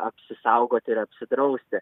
apsisaugoti ir apsidrausti